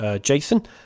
Jason